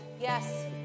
yes